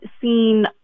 seen